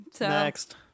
Next